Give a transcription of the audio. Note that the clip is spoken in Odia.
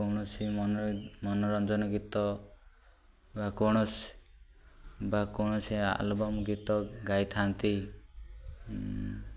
କୌଣସି ମନୋରଞ୍ଜନ ଗୀତ ବା କୌଣସି ବା କୌଣସି ଆଲବମ୍ ଗୀତ ଗାଇଥାନ୍ତି